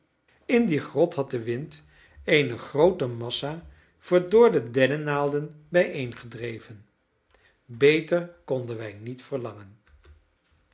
in die grot had de wind eene groote massa verdorde dennenaalden bijeengedreven beter konden wij niet verlangen